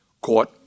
court